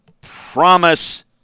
promise